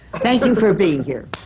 thank you for being here.